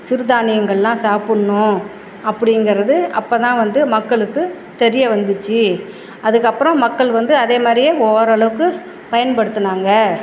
சிறுதானியங்கள்லாம் சாப்பிட்ணும் அப்படிங்கறது அப்போதான் வந்து மக்களுக்கு தெரிய வந்துச்சு அதுக்கப்புறம் மக்கள் வந்து அதேமாதிரியே ஓரளவுக்கு பயன்படுத்தினாங்க